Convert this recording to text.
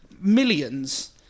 millions